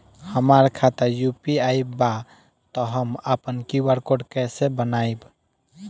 हमार खाता यू.पी.आई बा त हम आपन क्यू.आर कोड कैसे बनाई?